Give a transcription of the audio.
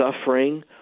suffering